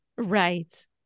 Right